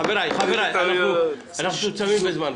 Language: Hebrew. חבריי, אנחנו קצרים בזמן.